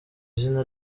izina